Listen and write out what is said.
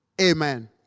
Amen